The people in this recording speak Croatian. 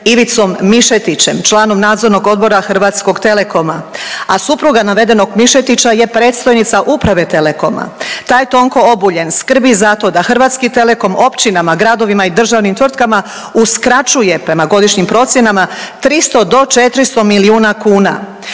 Ivicom Mišetićem, članom Nadzornog odbora Hrvatskog telekoma, a supruga navedenog Mišetića je predstojnica uprave Telekoma. Taj Tonko Obuljen skrbi za to da Hrvatski Telekom općinama, gradovima i državnim tvrtkama uskraćuje prema godišnjim procjenama 300 do 400 milijuna kuna